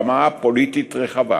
הרפואה